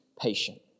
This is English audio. patient